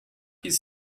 his